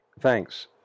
Thanks